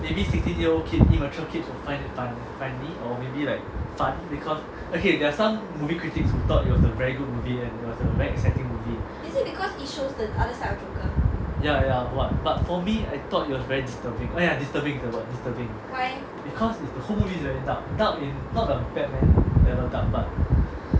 maybe sixteen year old kids immature kids will find it fun funny or maybe like fun okay there are some movie critics who thought it was a very good movie and it was a very exciting movie ya ya but for me I thought it was very disturbing oh ya disturbing is the word disturbing because it's the whole movie is very dark dark not the bat man dark but